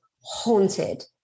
haunted